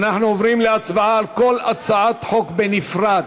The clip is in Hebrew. אנחנו עוברים להצבעה על כל הצעת חוק בנפרד.